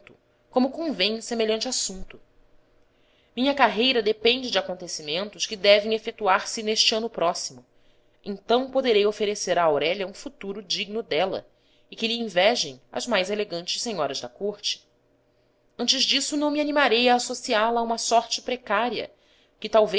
como convém em semelhante assunto minha carreira depende de acontecimentos que devem efetuar se neste ano próximo então poderei oferecer a aurélia um futuro digno dela e que lhe invejem as mais elegantes senhoras da corte antes disso não me animarei a associá la a uma sorte precária que talvez